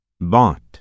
bought